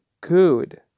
good